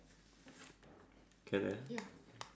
can ah